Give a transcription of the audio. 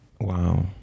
wow